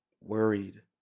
worried